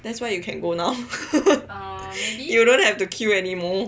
that's why you can go now you don't have to queue anymore